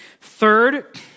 third